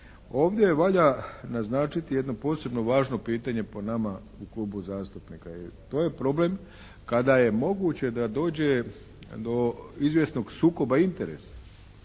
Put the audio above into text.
Ovdje valja naznačiti jedno posebno važno pitanje po nama u Klubu zastupnika jer to je problem kada je moguće da dođe do izvjesnog sukoba interesa,